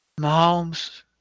Mahomes